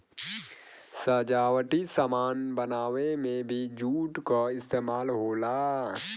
सजावटी सामान बनावे में भी जूट क इस्तेमाल होला